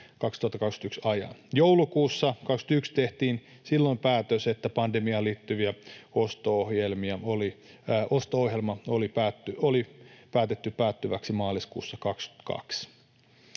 2021 ajan. Joulukuussa 21 tehtiin päätös, että pandemiaan liittyvä osto-ohjelma päätetään maaliskuussa 22.